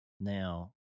now